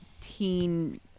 teen